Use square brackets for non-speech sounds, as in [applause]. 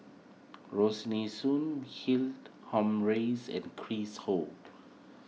[unintelligible] Soon [unintelligible] Humphreys and Chris Ho